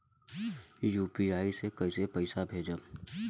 UPI से कईसे पैसा भेजब?